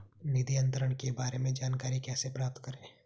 निधि अंतरण के बारे में जानकारी कैसे प्राप्त करें?